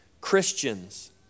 Christians